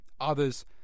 others